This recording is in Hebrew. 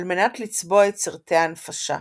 על מנת לצבוע את סרטי ההנפשה.